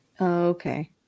Okay